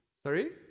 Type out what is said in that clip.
Sorry